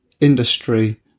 industry